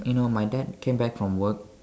you know my dad came back from work